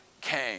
came